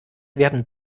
werden